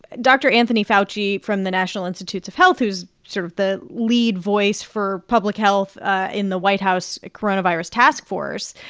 dr. anthony fauci from the national institutes of health, who's sort of the lead voice for public health ah in the white house coronavirus task force,